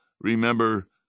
Remember